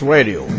Radio